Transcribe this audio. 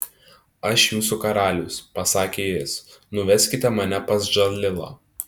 aš jūsų karalius pasakė jis nuveskite mane pas džalilą